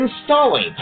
installing